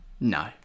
No